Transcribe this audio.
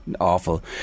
awful